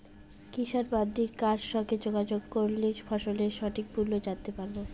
কিষান মান্ডির কার সঙ্গে যোগাযোগ করলে ফসলের সঠিক মূল্য জানতে পারবো?